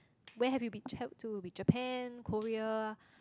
where have you been to that would be Japan Korea